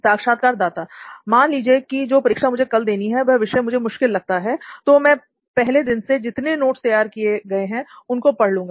साक्षात्कारदाता मान लीजिए कि जो परीक्षा मुझे कल देनी है वह विषय मुझे मुश्किल लगता है तो मैं पहले दिन से जितने नोट्स तैयार किए हैं उनको पढ़ लूँगा